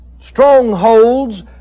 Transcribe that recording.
strongholds